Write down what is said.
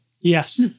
Yes